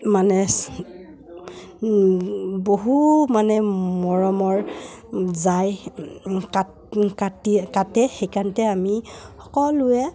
মানে বহু মানে মৰমৰ যাই কাট কাটি কাটে সেইকাৰণতে আমি সকলোৱে